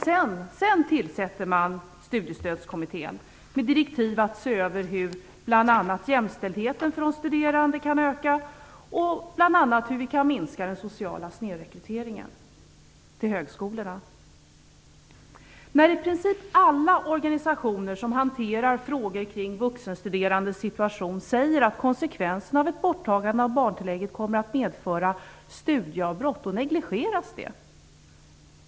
Sedan tillsätter man en studiestödskommitté med direktiv att se över hur bl.a. jämställdheten för de studerande kan öka och hur vi kan minska den sociala snedrekryteringen till högskolorna. När i princip alla organisationer som hanterar frågor kring vuxenstuderandes situation säger att konsekvenserna av ett borttagande av barntillägget kommer att medföra studieavbrott negligeras det.